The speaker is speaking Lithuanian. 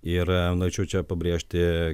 ir norėčiau čia pabrėžti